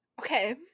okay